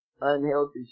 unhealthy